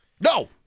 No